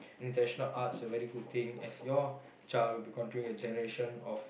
arts are very good thing as your child would be continuing the generation of